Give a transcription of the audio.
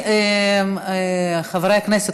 חברי הכנסת,